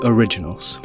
Originals